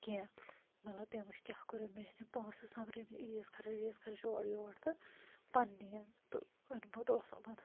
کیٚنٛہہ مطلب تٔمۍ وُچھ کیٛاہ کوٚر مےٚ ٲسۍ تِم پۄنٛسہٕ سۄمبرٲومٕتۍ عیٖز خرٕچ ویٖز خرٕچ اورٕیورٕ تہٕ پَنٕنٮ۪ن تہٕ اوٚنمُت اوسُم